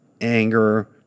anger